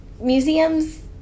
museums